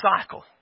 cycle